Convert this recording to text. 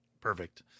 Perfect